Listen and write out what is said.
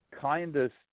kindest –